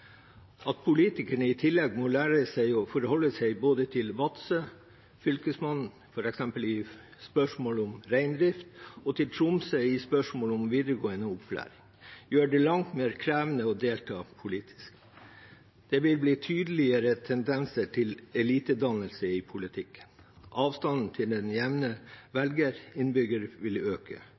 At politikerne i tillegg må lære seg å forholde seg både til Vadsø, til Fylkesmannen, f.eks. i spørsmål om reindrift, og til Tromsø i spørsmål om videregående opplæring, gjør det langt mer krevende å delta politisk. Det vil bli tydeligere tendenser til elitedannelse i politikken. Avstanden til den jevne velger, innbygger, vil øke,